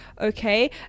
Okay